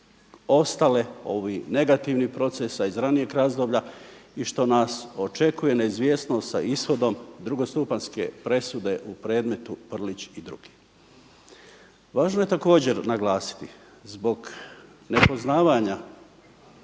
ostale ovih negativnih procesa iz ranijeg razdoblja i što nas očekuje neizvjesnost sa ishodom drugostupanjske presude u predmetu Prlić i drugi. Važno je također naglasiti zbog nepoznavanja